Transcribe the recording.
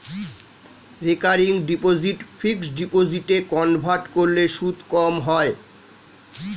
recurring deposit fixed ডিপোজিটে convert করলে সুদ কম হয়